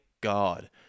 God